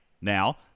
Now